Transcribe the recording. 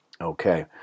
Okay